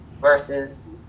versus